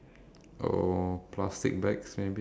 industrial strength